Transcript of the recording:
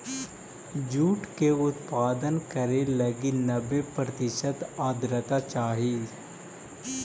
jute के उत्पादन करे लगी नब्बे प्रतिशत आर्द्रता चाहइ